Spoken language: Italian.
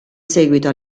seguito